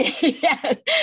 Yes